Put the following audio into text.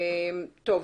טוב.